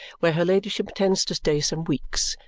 where her ladyship intends to stay some weeks,